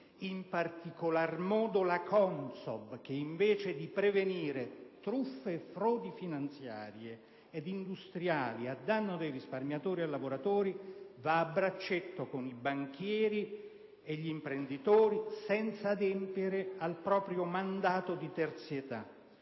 in particolar modo della CONSOB, che invece di prevenire truffe e frodi finanziarie e industriali a danno dei risparmiatori e lavoratori va a braccetto con i banchieri e gli imprenditori senza adempiere al proprio mandato di terzietà.